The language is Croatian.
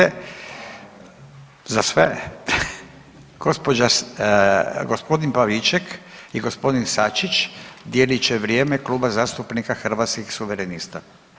Gospođa, gospodin Pavliček i gospodin Sačić dijelit će vrijeme Kluba zastupnika Hrvatskih suverenista.